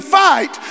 fight